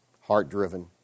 heart-driven